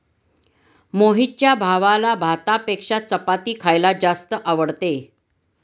मोहितच्या भावाला भातापेक्षा चपाती खायला जास्त आवडते